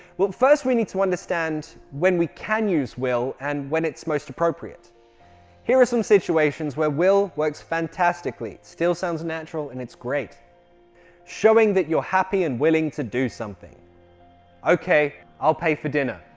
well first we need to understand when we can use will and when it's most appropriate here are some situations where will works fantastically it still sounds natural and it's great showing that you're happy and willing to do something ok i'll pay for dinner.